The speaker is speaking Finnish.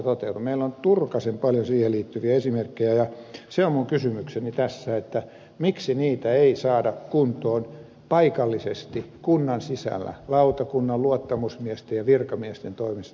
meillä on turkasen paljon siihen liittyviä esimerkkejä ja se on minun kysymykseni tässä miksi niitä ei saada kuntoon paikallisesti kunnan sisällä lautakunnan luottamusmiesten ja virkamiesten toimesta